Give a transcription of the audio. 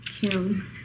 Kim